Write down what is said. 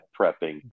prepping